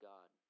God